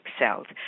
excelled